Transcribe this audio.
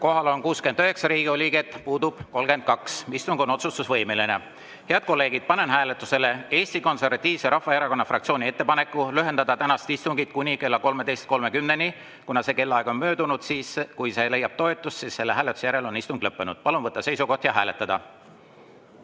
Kohal on 69 Riigikogu liiget, puudub 32. Istung on otsustusvõimeline. Head kolleegid! Panen hääletusele Eesti Konservatiivse Rahvaerakonna fraktsiooni ettepaneku lühendada tänast istungit kuni kella 13.30‑ni. Kuna see kellaaeg on möödunud, on siis, kui see [ettepanek] leiab toetust, selle hääletuse järel istung lõppenud. Palun võtta seisukoht ja hääletada!